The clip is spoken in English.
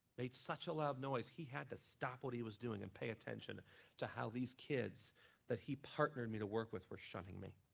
made such a loud noise, he to stop what he was doing and pay attention to how these kids that he partnered me to work with were shunning me.